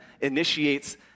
initiates